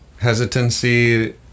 hesitancy